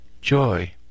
joy